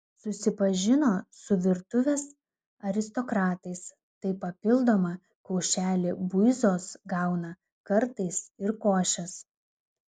susipažino su virtuvės aristokratais tai papildomą kaušelį buizos gauna kartais ir košės